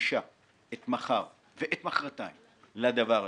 מקדישה את מחר ואת מחרתיים לדבר הזה,